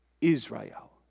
Israel